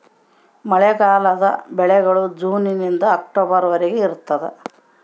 ಮಳೆಗಾಲದ ಬೆಳೆಗಳು ಜೂನ್ ನಿಂದ ಅಕ್ಟೊಬರ್ ವರೆಗೆ ಇರ್ತಾದ